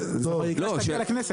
-- -של הכנסת.